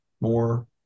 more